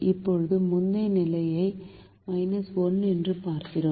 இப்போது முந்தைய நிலையை 1 என்று பார்க்கிறேன்